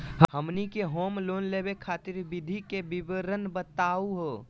हमनी के home loan लेवे खातीर विधि के विवरण बताही हो?